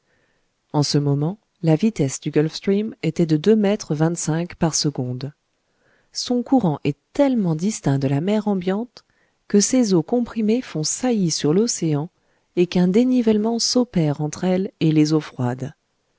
en ce moment la vitesse du gulf stream était de deux mètres vingt-cinq par seconde son courant est tellement distinct de la mer ambiante que ses eaux comprimées font saillie sur l'océan et qu'un dénivellement s'opère entre elles et les eaux froides